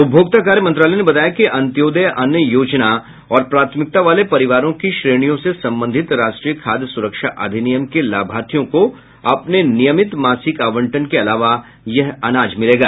उपभोक्ता कार्य मंत्रालय ने बताया कि अन्त्योदय अन्न योजना और प्राथमिकता वाले परिवारों की श्रेणियों से संबंधित राष्ट्रीय खाद्य सुरक्षा अधिनियम के लाभार्थियों को अपने नियमित मासिक आवंटन के अलावा यह अनाज मिलेगा